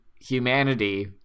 humanity